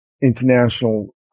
international